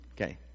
Okay